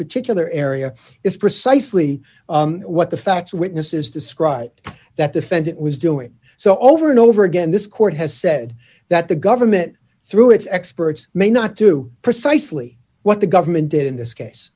or area is precisely what the facts witnesses described that defendant was doing so over and over again this court has said that the government through its experts may not do precisely what the government did in this case